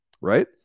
right